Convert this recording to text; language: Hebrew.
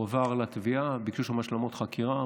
הוא הועבר לתביעה, וביקשו שם השלמות חקירה.